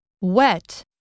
Wet